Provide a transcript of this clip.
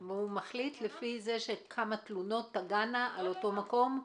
לפי כמה תלונות תגענה על אותו מקום?